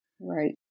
Right